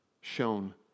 shown